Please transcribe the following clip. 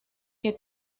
que